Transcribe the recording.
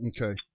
Okay